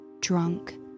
drunk